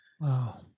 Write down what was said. Wow